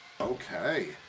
Okay